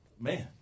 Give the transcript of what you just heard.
man